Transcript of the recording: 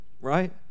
Right